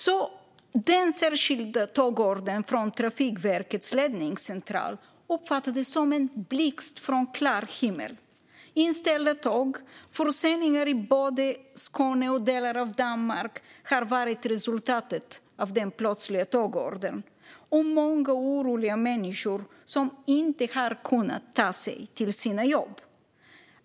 Så den särskilda tågordern från Trafikverkets ledningscentral uppfattades som en blixt från en klar himmel. Inställda tåg, förseningar i både Skåne och delar av Danmark har varit resultatet av den plötsliga tågordern och många oroliga människor som inte har kunnat ta sig till sina jobb.